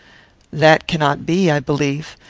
that cannot be, i believe.